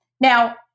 Now